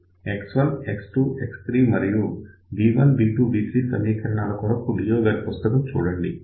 X1 X2 X3 మరియు B1 B2 B3 సమీకరణాల కొరకు లియో గారి పుస్తకం చూడండి